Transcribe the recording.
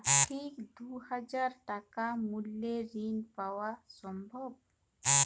পাক্ষিক দুই হাজার টাকা মূল্যের ঋণ পাওয়া সম্ভব?